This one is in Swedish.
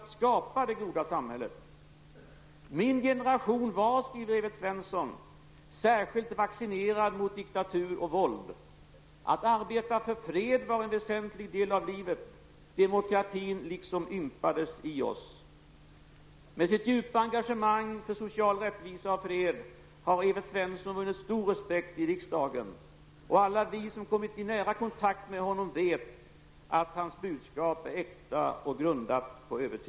Ove Karlsson tog 1968 säte i riksdagens första kammare och har således 24 riksdagsår bakom sig. Malung, och redan i sitt jungfrutal tog han upp de usla vägförbindelserna för Malungs exportindustrier. I riksdagen vet vi att han är aktiv i regional och glesbygdsfrågor, skogsbruk, jaktvård och trafikfrågor.